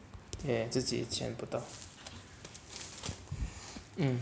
也自己潜不到 mm